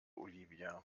olivia